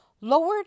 lowered